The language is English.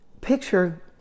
Picture